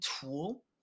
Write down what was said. tool